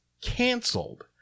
canceled